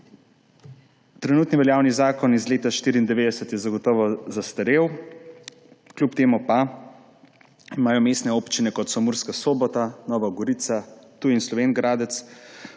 Trenutno veljavni zakon iz leta 1994 je zagotovo zastarel, kljub temu pa mestne občine, kot so Murska Sobota, Nova Gorica, Ptuj in Slovenj Gradec